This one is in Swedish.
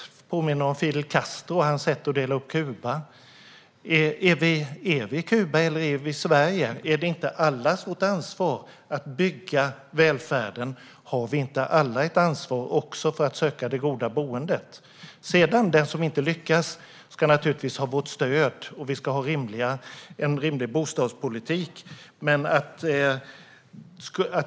Det påminner om Fidel Castro och hans sätt att dela upp Kuba. Är vi Kuba eller är vi Sverige? Är det inte allas vårt ansvar att bygga välfärden? Har vi inte alla ett ansvar också för att söka det goda boendet? Den som sedan inte lyckas ska naturligtvis ha vårt stöd, och vi ska ha en rimlig bostadspolitik.